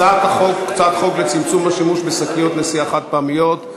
הצעת חוק לצמצום השימוש בשקיות נשיאה חד-פעמיות,